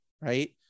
Right